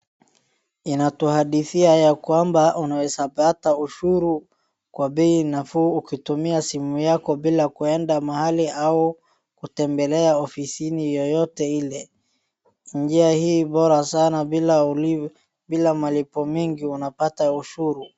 Inatuhadhia ya kwamba unaweza kupata ushuru kwa bei nafuu ukitumia simu yako bila kwenda mahali au kutembelea ofisini yoyote ile. Njia hii bora sana bila malipo mingi unapata ushuru.